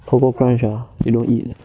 kokokrunch ah you all eat